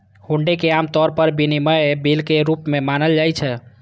हुंडी कें आम तौर पर विनिमय बिल के रूप मे मानल जाइ छै